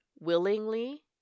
willingly